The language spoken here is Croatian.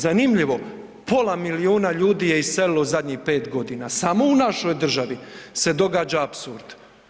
Zanimljivo, pola milijuna ljudi je iselilo u zadnjih 5 godina, samo u našoj državi se događa apsurd.